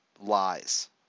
lies